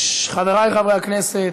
חברי חברי הכנסת,